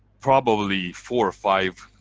probably four or five